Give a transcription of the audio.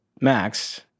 Max